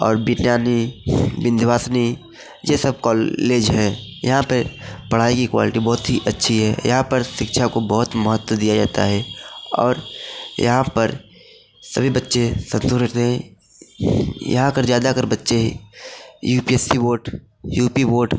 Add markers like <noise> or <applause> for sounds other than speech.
और बियानी विंध्यवासिनी यह सब कॉलेज हैं यहाँ पर पढ़ाई की क्वालिटी बहुत ही अच्छी है यहाँ पर शिक्षा को बहुत महत्व दिया जाता है और यहाँ पर सभी बच्चे <unintelligible> यहाँ पर ज़्यादातर बच्चे U P S C board U P board